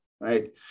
right